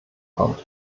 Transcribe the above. kommt